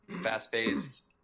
fast-paced